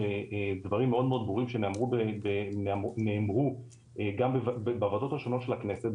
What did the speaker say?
דברים מאוד מאוד ברורים שנאמרו גם בוועדות השונות של הכנסת,